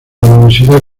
universidad